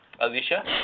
Alicia